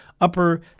upper